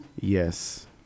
yes